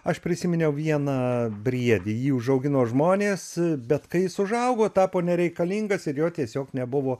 aš prisiminiau vieną briedį jį užaugino žmonės bet kai jis užaugo tapo nereikalingas ir jo tiesiog nebuvo